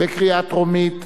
בקריאה טרומית.